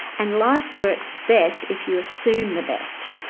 and life works best if you assume the best,